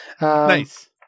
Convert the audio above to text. Nice